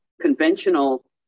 conventional